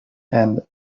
and